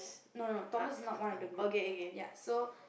no no no Thomas is not one of the group ya so